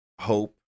hope